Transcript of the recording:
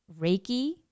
Reiki